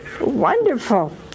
wonderful